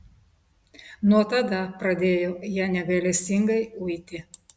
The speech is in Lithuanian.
nuo tada pradėjo ją negailestingai uiti